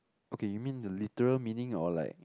okay you mean the literal meaning or like